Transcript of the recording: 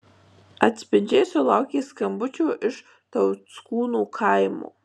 atspindžiai sulaukė skambučio iš tauckūnų kaimo